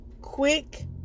Quick